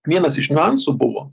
vienas iš niuansų buvo